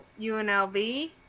UNLV